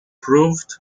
proved